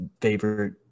favorite